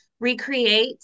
recreate